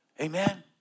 Amen